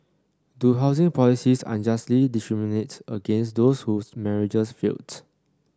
do housing policies unjustly discriminate against those whose marriages failed